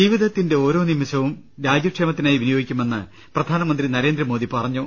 ജീവിതത്തിന്റെ ഓരോ നിമിഷവും രാജ്യക്ഷേമത്തിനായി വിനിയോഗി ക്കുമെന്ന് പ്രധാനമന്ത്രി നരേന്ദ്രമോദി പറഞ്ഞു